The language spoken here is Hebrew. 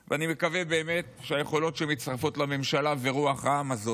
אני באמת מקווה שהיכולות שמצטרפות לממשלה ורוח העם הזאת